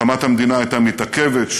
הקמת המדינה הייתה מתעכבת,